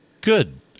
good